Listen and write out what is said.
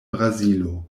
brazilo